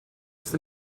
ist